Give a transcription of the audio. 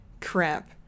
crap